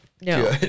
no